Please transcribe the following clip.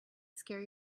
scare